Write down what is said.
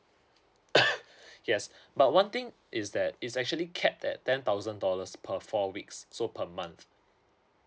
yes but one thing is that is actually capped at ten thousand dollars per four weeks so per month